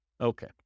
Okay